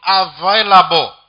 available